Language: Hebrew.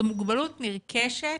זו מוגבלות נרכשת,